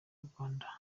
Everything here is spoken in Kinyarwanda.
rwanda